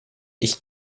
ich